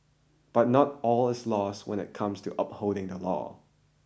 but not all is lost when it comes to upholding the law